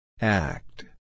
Act